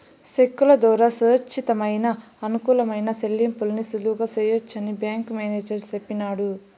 సెక్కుల దోరా సురచ్చితమయిన, అనుకూలమైన సెల్లింపుల్ని సులువుగా సెయ్యొచ్చని బ్యేంకు మేనేజరు సెప్పినాడు